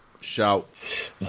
shout